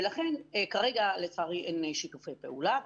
ולכן כרגע, לצערי, אין שיתופי פעולה.